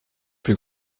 plus